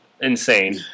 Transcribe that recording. Insane